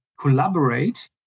collaborate